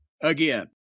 again